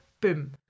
boom